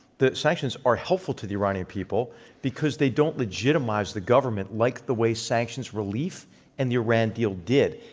the sanctions are helpful to the iranian people because they don't legitimize the government like the way sanctions relief in and the iran deal did.